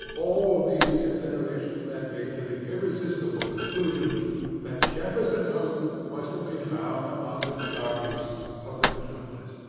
all these considerations led me to the irresistible conclusion that jefferson hope was to be found among the jarveys of the metropolis.